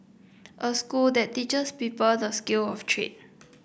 a school that teaches people the skill of trade